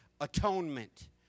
atonement